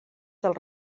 del